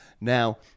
now